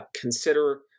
consider